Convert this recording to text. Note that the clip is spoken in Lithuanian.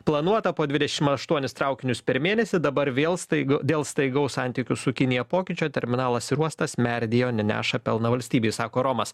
planuota po dvidešim aštuonis traukinius per mėnesį dabar vėl staig dėl staigaus santykių su kinija pokyčio terminalas ir uostas merdėja o ne neša pelną valstybei sako romas